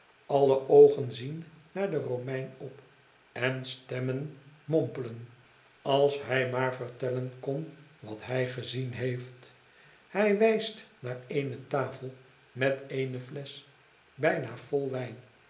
alle oogen zien naar den romein op en stemmen mompelen als hij maar vertellen kon wat hij gezien heeft hij wijst naar eene tafel met eene flesch